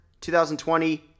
2020